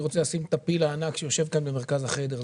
אני רוצה לשים את הפיל הענק שיושב כאן במרכז החדר.